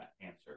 answer